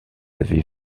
avez